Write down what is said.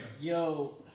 Yo